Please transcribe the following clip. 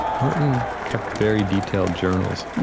merton kept very detailed journals,